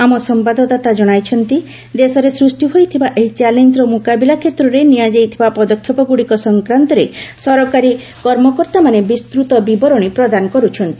ଆମ ସମ୍ଭାଦଦାତା ଜଣାଇଛନ୍ତି ଦେଶରେ ସୃଷ୍ଟି ହୋଇଥିବା ଏହି ଚ୍ୟାଲେଞ୍ଜର ମୁକାବିଲା କ୍ଷେତ୍ରରେ ନିଆଯାଇଥିବା ପଦକ୍ଷେପଗୁଡ଼ିକ ସଂକ୍ରାନ୍ତରେ ସରକାରୀ କର୍ମକର୍ତ୍ତାମାନେ ବିସ୍ତୃତ ବିବରଣୀ ପ୍ରଦାନ କରୁଛନ୍ତି